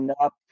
up